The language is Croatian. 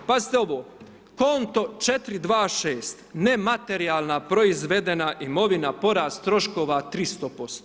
Pazite ovo, konto 426 nematerijalna proizvedena imovina, porast troškova 300%